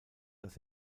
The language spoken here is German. das